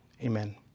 Amen